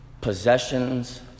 possessions